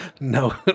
no